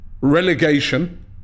relegation